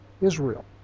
Israel